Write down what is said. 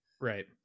Right